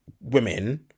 women